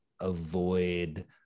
avoid